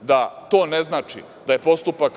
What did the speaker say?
da to ne znači da je postupak